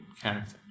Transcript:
character